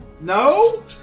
No